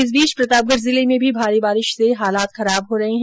इस बीच प्रतापगढ जिले में भी भारी बारिश से हालात खराब हो रहे है